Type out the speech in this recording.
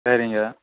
சரிங்க